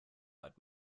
lead